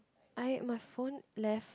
I my phone left